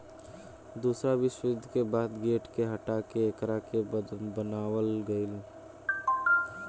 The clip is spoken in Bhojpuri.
दूसरा विश्व युद्ध के बाद गेट के हटा के एकरा के बनावल गईल